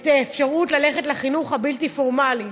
את האפשרות ללכת לחינוך הבלתי-פורמלי.